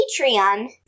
Patreon